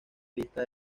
listas